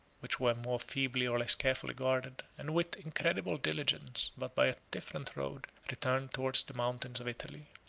which were more feebly or less carefully guarded and with incredible diligence, but by a different road, returned towards the mountains of italy.